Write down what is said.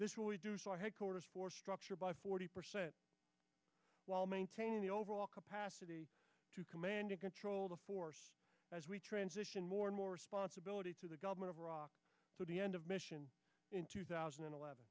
forces headquarters for structure by forty percent while maintaining the overall capacity to command and control the force as we transition more and more responsibility to the government of iraq to the end of mission in two thousand and eleven